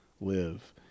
live